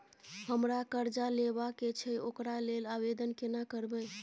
हमरा कर्जा लेबा के छै ओकरा लेल आवेदन केना करबै?